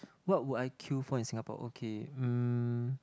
what will I queue for in Singapore okay um